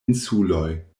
insuloj